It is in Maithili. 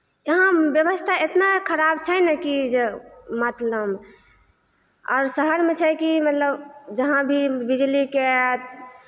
यहाँ व्यवस्था इतना खराब छै ने कि जे मतलब आओर शहरमे छै कि मतलब जहाँ भी बिजलीके